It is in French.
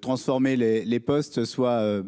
transformer les les postes soit